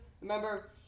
Remember